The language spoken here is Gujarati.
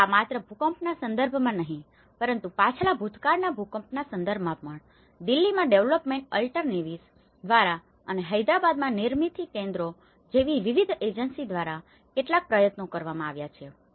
અને આ માત્ર ભૂકંપના સંદર્ભમાં જ નહીં પરંતુ પાછલા ભૂતકાળના ભૂકંપના સંદર્ભમાં પણ દિલ્હીમાં ડેવલોપમેન્ટ અલ્ટરનેટીવઝ દ્વારા અને હૈદરાબાદમાં નિર્મિથી કેન્દ્રોNirmithi Kendra's જેવી વિવિધ એજન્સીઓ દ્વારા કેટલાક પ્રયત્નો કરવામાં આવ્યા છે